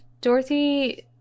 Dorothy